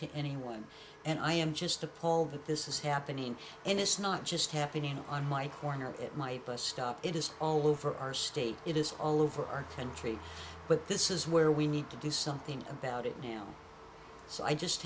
to anyone and i am just appalled that this is happening and it's not just happening on my corner it might bus stop it is all over our state it is all over our country but this is where we need to do something about it now so i just